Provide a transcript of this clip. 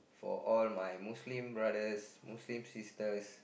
for all my Muslim brothers Muslim sisters